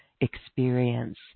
experience